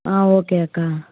ஆ ஓகேக்கா